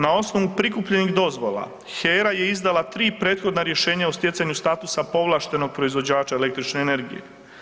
Na osnovu prikupljenih dozvola HERA je izdala 3 prethodna rješenja o stjecanju statusa povlaštenog proizvođača električne energije.